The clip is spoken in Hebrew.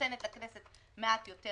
שנותנת לכנסת מעט יותר